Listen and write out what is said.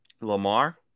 lamar